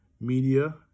media